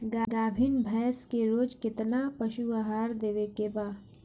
गाभीन भैंस के रोज कितना पशु आहार देवे के बा?